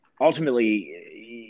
ultimately